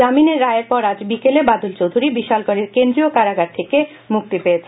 জামিনের রায়ের পর আজ বিকেলে বাদল চৌধুরি বিশালগড়ের কেন্দ্রীয় কারাগার থেকে মুক্তি পেয়েছেন